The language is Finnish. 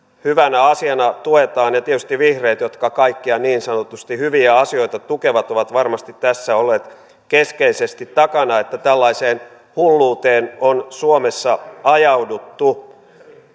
hyvänä asiana tuetaan ja tietysti vihreät jotka kaikkia niin sanotusti hyviä asioita tukevat ovat varmasti tässä olleet keskeisesti takana että tällaiseen hulluuteen on suomessa ajauduttu